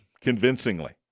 convincingly